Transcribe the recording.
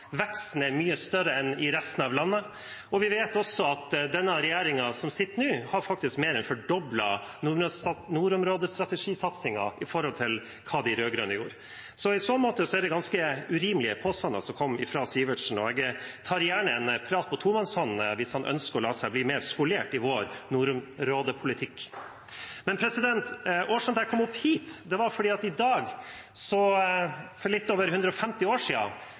veksten er mye større enn i resten av landet. Vi vet også at den regjeringen som sitter nå, faktisk har mer enn fordoblet nordområdestrategisatsingen i forhold til hva de rød-grønne gjorde. I så måte er det ganske urimelige påstander som kom fra Sivertsen. Jeg tar gjerne en prat med ham på tomannshånd hvis han ønsker å la seg bli mer skolert i vår nordområdepolitikk. Årsaken til at jeg kom opp hit, er at i dag for litt over 150 år